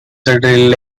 drilled